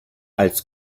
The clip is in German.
als